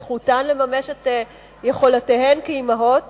את זכותן לממש את יכולותיהן כאמהות.